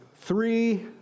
three